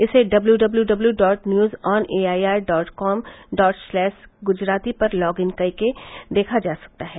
इसे W W W dot news on A I R dot com slash Gujarati पर log in करके देखा जा सकता है